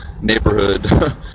neighborhood